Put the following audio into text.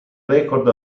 record